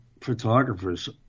photographers